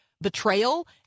betrayal